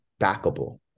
backable